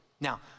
Now